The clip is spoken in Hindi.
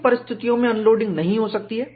किन परिस्थितियों में अनलोडिंग नहीं हो सकती है